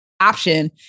option